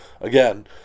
again